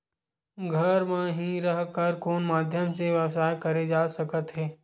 घर म हि रह कर कोन माध्यम से व्यवसाय करे जा सकत हे?